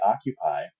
occupy